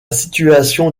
situation